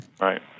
Right